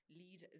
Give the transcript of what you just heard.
lead